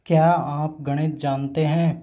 क्या आप गणित जानते हैं